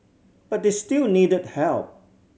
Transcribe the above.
but they still needed help